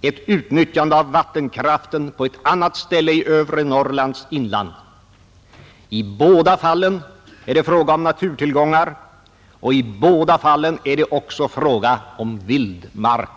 ett utnyttjande av vattenkraften på ett annat ställe i övre Norrlands inland. I båda fallen är det fråga om naturtillgångar, och i båda fallen är det också fråga om vildmark.